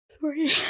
Sorry